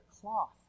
cloth